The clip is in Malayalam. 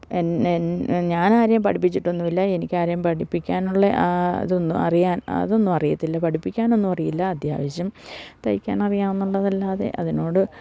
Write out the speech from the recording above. ഞാനാരെയും പഠിപ്പിച്ചിട്ടൊന്നുമില്ല എനിക്കാരെയും പഠിപ്പിക്കാനുള്ള അതൊന്നുമറിയില്ല പഠിപ്പിക്കാനൊന്നുമറിയില്ല അത്യാവശ്യം തയ്ക്കാനറിയാമെന്നല്ലാതെ അതിനോട്